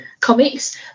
comics